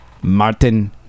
Martin